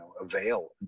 avail